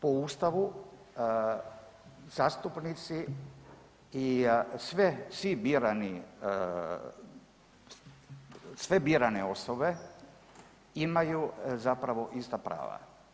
Po ustavu zastupnici i sve, svi birani, sve birane osobe imaju zapravo ista prava.